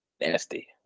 nasty